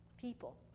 people